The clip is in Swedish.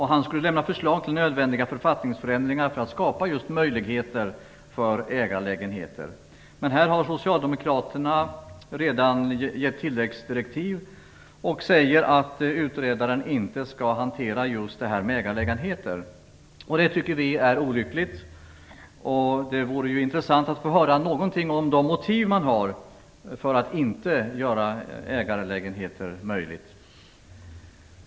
Han skulle lämna förslag till nödvändiga författningsändringar för att skapa möjligheter för ägarlägenheter. Men socialdemokraterna har redan gett tilläggsdirektiv om att utredaren inte skall hantera detta med ägarlägenheter. Det tycker vi är olyckligt. Det vore intressant att få höra något om de motiv man har för att inte göra det möjligt med ägarlägenheter.